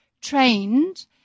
trained